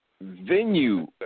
venue